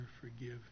forgive